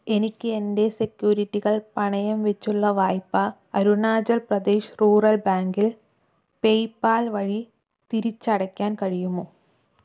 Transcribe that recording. എനിക്ക് എൻ്റെ സെക്യൂരിറ്റികൾ പണയംവെച്ചുള്ള വായ്പ അരുണാചൽ പ്രദേശ് റൂറൽ ബാങ്കിൽ പേയ്പാൽ വഴി തിരിച്ചടയ്ക്കാൻ കഴിയുമോ